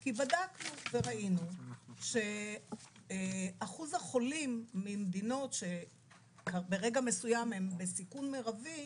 כי בדקנו וראינו שאחוז החולים ממדינות שברגע מסוים הן בסיכון מרבי,